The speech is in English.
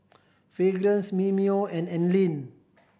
Fragrance Mimeo and Anlene